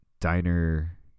diner